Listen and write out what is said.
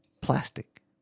plastic